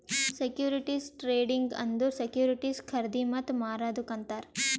securities trading ಅಂದುರ್ securities ಖರ್ದಿ ಮತ್ತ ಮಾರದುಕ್ ಅಂತಾರ್